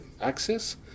access